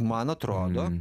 man atrodo